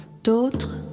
D'autres